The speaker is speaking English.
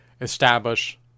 establish